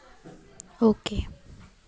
okay